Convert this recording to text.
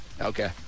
Okay